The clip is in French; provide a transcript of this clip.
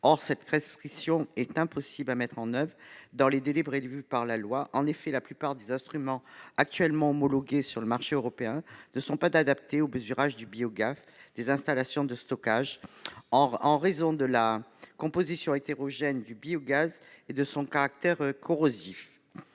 Or cette prescription est impossible à mettre en oeuvre dans les délais prévus par la loi. En effet, la plupart des instruments qui sont actuellement homologués sur le marché européen ne sont pas adaptés au mesurage du biogaz des installations de stockage, en raison de la composition hétérogène et du caractère corrosif